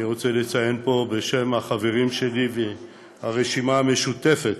אני רוצה לציין פה את החברים שלי ברשימה המשותפת,